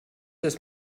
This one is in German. das